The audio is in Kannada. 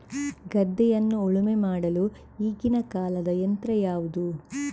ಗದ್ದೆಯನ್ನು ಉಳುಮೆ ಮಾಡಲು ಈಗಿನ ಕಾಲದ ಯಂತ್ರ ಯಾವುದು?